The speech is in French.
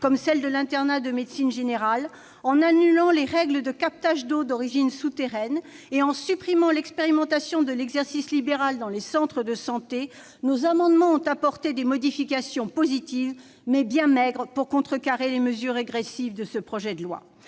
-sur celle de l'internat de médecine générale, en annulant les règles de captage d'eau d'origine souterraine et en supprimant l'expérimentation de l'exercice libéral dans les centres de santé, les dispositions de nos amendements ont apporté des modifications positives, mais bien maigres pour contrecarrer les mesures régressives de ce projet de loi.